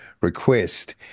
request